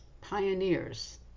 pioneers